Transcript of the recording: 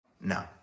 No